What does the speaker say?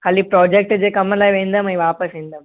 खाली प्रोजेक्ट जे कम लाइ वेंदमि ऐं वापसि ईंदमि